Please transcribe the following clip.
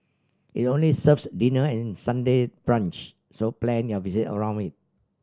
it only serves dinner and Sunday brunch so plan your visit around it